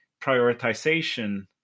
prioritization